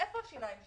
איפה השיניים שלנו?